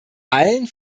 allen